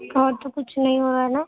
کھا تو کچھ نہیں ہو رہا ہے نا